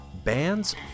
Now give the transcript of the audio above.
Bands